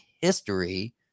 history